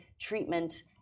treatment